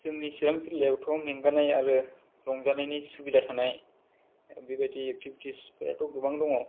जोंनि सिरां जिल्लायावथ' मेंगानाय आरो रंजानायनि सुबिदा थानाय बेबायदि एक्टिबिटिसफोराथ' गोबां दङ